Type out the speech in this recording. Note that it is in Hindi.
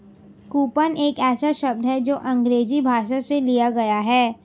कूपन एक ऐसा शब्द है जो अंग्रेजी भाषा से लिया गया है